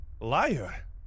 liar